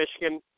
Michigan